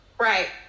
right